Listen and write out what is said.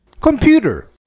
Computer